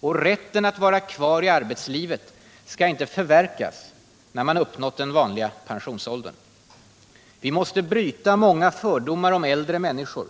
Och rätten att vara kvar i arbetslivet skall inte förverkas när man uppnått den vanliga pensionsåldern. Vi måste bryta många fördomar om äldre människor